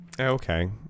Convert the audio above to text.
Okay